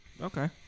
Okay